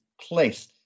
place